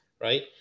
right